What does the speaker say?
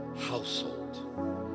household